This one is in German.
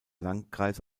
landkreis